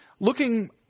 looking